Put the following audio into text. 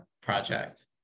project